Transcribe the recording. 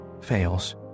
fails